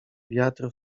wiatr